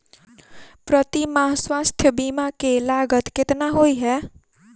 प्रति माह स्वास्थ्य बीमा केँ लागत केतना होइ है?